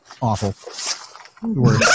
awful